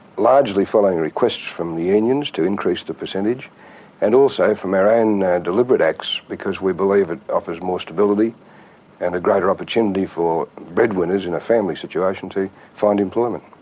largely following a request from the unions to increase the percentage and also from our own deliberate acts, because we believe it offers more stability and a greater opportunity for breadwinners in a family situation to find employment.